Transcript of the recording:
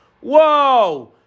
whoa